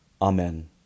Amen